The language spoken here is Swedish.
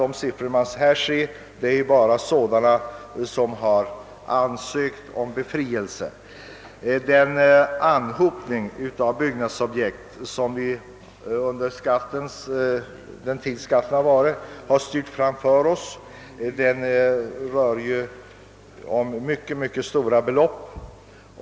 Dessa uppgifter avser dock endast sådana objekt för vilka ansökan om befrielse gjorts. De byggnadsobjekt som vi, under den tiden skatten varit i kraft, har skjutit på framtiden rör sig sammanlagt om mycket stora belopp.